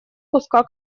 куска